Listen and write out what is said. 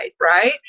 right